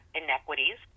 inequities